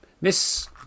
Miss